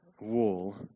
wall